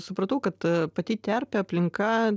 supratau kad pati terpė aplinka